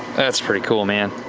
that's pretty cool, man.